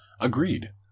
Agreed